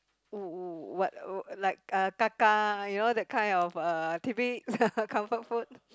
oh what uh like kaka you know that kind of uh tidbit comfort food